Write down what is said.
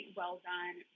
well-done